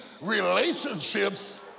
relationships